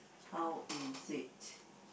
how is it